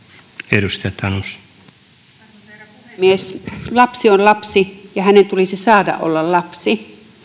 arvoisa herra puhemies lapsi on lapsi ja hänen tulisi saada olla lapsi